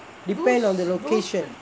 depend on the location